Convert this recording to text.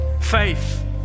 Faith